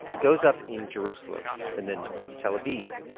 it goes up in jerusalem and then tel aviv.